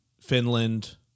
finland